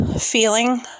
feeling